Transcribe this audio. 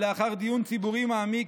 לאחר דיון ציבורי מעמיק,